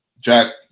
Jack